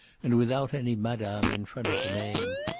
and without any madame in front of the name.